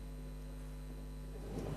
סימן,